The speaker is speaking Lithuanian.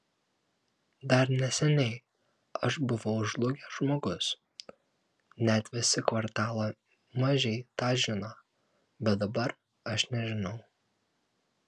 dar neseniai aš buvau žlugęs žmogus net visi kvartalo mažiai tą žino bet dabar aš nežinau